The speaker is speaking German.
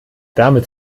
damit